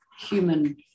human